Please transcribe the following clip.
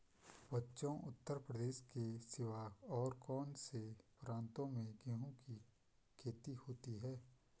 बच्चों उत्तर प्रदेश के सिवा और कौन से प्रांतों में गेहूं की खेती होती है?